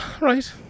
Right